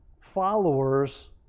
followers